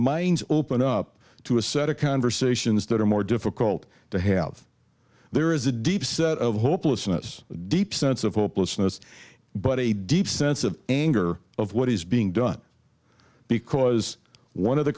minds open up to a set of conversations that are more difficult to have there is a deep set of hopelessness a deep sense of hopelessness but a deep sense of anger of what is being done because one of the